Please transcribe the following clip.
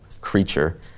creature